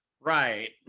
Right